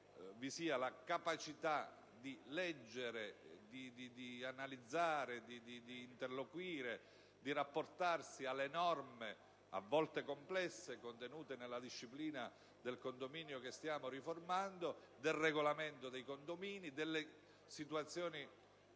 vi sia la capacità di leggere, di analizzare, di interloquire, di rapportarsi alle norme, a volte complesse, contenute nella disciplina del condominio che stiamo riformando, del regolamento dei condomini, delle situazioni,